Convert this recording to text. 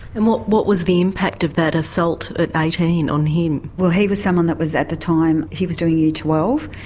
and what what was the impact of that assault at eighteen on him? well he was someone who was at the time, he was doing year twelve,